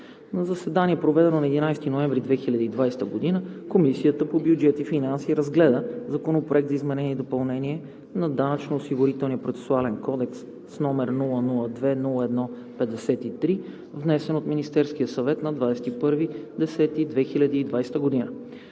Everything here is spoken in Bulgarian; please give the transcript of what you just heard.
На заседание, проведено на 11 ноември 2020 г., Комисията по бюджет и финанси разгледа Законопроект за изменение и допълнение на Данъчно-осигурителния процесуален кодекс, № 002-01-53, внесен от Министерския съвет на 21 октомври 2020 г.